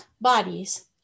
bodies